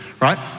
right